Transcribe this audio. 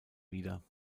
wieder